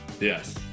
Yes